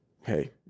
Hey